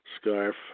scarf